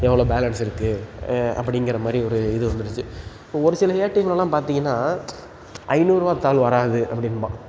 எவ்வளோ பேலன்ஸ் இருக்குது அப்படிங்கிற மாதிரி ஒரு இது வந்துடுச்சு ஒரு சில ஏடிஎம்லலாம் பார்த்தீங்கன்னா ஐந்நூறுரூவாத் தாள் வராது அப்படின்பான்